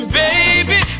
baby